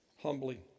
humbly